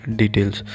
details